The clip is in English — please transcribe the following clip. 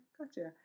gotcha